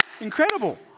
incredible